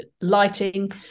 lighting